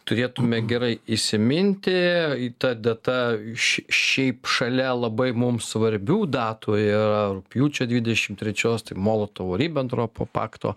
turėtume gerai įsiminti ta data š šiaip šalia labai mums svarbių datų ir rugpjūčio dvidešimt trečios tai molotovo ribentropo pakto